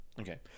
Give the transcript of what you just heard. Okay